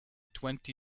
twenty